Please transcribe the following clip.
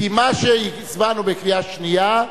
כי מה שהצבענו בקריאה שנייה,